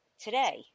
today